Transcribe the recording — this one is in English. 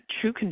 true